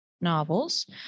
novels